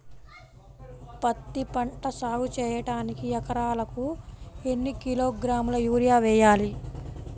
పత్తిపంట సాగు చేయడానికి ఎకరాలకు ఎన్ని కిలోగ్రాముల యూరియా వేయాలి?